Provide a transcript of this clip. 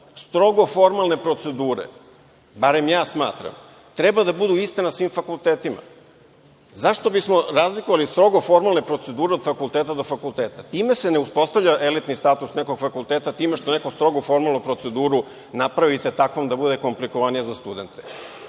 strogo formalne procedure, barem ja smatram, treba da budu iste na svim fakultetima. Zašto bismo razlikovali strogo formalne procedure od fakulteta do fakulteta? Ne uspostavlja se elitni status nekog fakulteta time što neku strogu formalnu proceduru napravite takvom da bude komplikovanija za studente.Zašto